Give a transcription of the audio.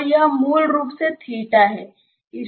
और यह मूल रूप से थीटा है